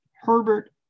Herbert